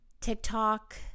TikTok